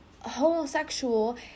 homosexual